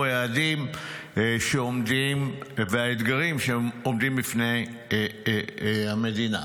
היעדים שעומדים והאתגרים שעומדים בפני המדינה.